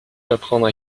l’apprendre